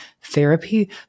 therapy